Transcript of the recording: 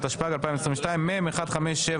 התשפ"ב 2022 (מ/1573).